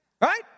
right